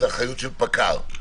זה אחריות של פקע"ר,